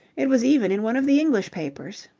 it was even in one of the english papers.